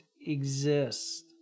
exist